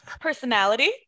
personality